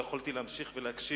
לא יכולתי להמשיך ולהקשיב,